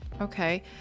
Okay